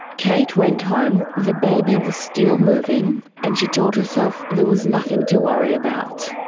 kate went home, the baby was still moving, and she told herself there was nothing to worry about.